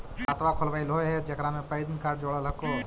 खातवा खोलवैलहो हे जेकरा मे पैन कार्ड जोड़ल हको?